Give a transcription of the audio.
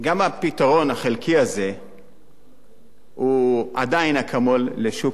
גם הפתרון החלקי הזה הוא עדיין אקמול לשוק